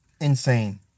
insane